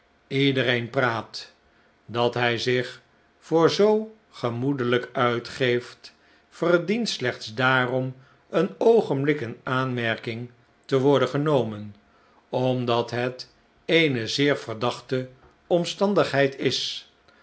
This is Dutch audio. iedereen praat dat hij zich voor zoo gemoedelijk uitgeeft verdient slechts daarom een oogenblik in aanmerking te worden genomen omdat het eene zeer verdachte omstandigheid is